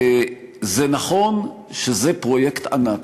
נכון שזה פרויקט ענק.